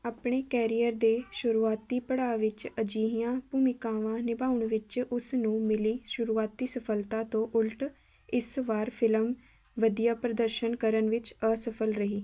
ਆਪਣੇ ਕੈਰੀਅਰ ਦੇ ਸ਼ੁਰੂਆਤੀ ਪੜਾਅ ਵਿੱਚ ਅਜਿਹੀਆਂ ਭੂਮਿਕਾਵਾਂ ਨਿਭਾਉਣ ਵਿੱਚ ਉਸ ਨੂੰ ਮਿਲੀ ਸ਼ੁਰੂਆਤੀ ਸਫਲਤਾ ਤੋਂ ਉਲਟ ਇਸ ਵਾਰ ਫਿਲਮ ਵਧੀਆ ਪ੍ਰਦਰਸ਼ਨ ਕਰਨ ਵਿੱਚ ਅਸਫਲ ਰਹੀ